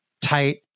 tight